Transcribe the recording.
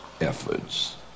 efforts